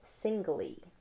singly